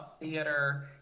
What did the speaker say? theater